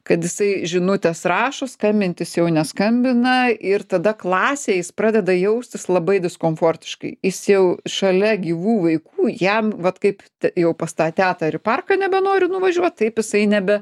kad jisai žinutes rašo skambintis jau neskambina ir tada klasėj jis pradeda jaustis labai diskomfortiškai jis jau šalia gyvų vaikų jam vat kaip jau pas tą tetą ir į parką nebenori nuvažiuot taip jisai nebe